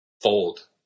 fold